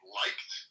liked